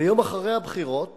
ויום אחרי הבחירות